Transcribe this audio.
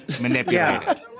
manipulated